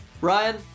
Ryan